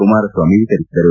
ಕುಮಾರಸ್ವಾಮಿ ವಿತರಿಸಿದರು